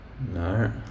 no